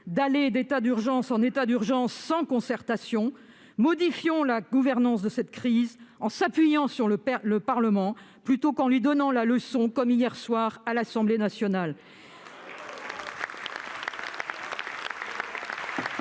d'aller d'état d'urgence en état d'urgence sans concertation, modifiez la gouvernance de cette crise en vous appuyant sur le Parlement, plutôt qu'en lui donnant la leçon, comme hier soir, à l'Assemblée nationale.